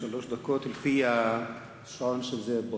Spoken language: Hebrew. שלוש דקות לפי השעון של זאב בוים.